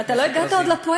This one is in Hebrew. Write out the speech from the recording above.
ואתה לא הגעת עוד לפואנטה,